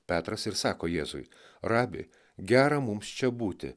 petras ir sako jėzui rabi gera mums čia būti